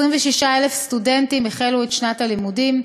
26,000 סטודנטים החלו את שנת הלימודים.